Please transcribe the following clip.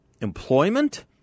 employment